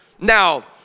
Now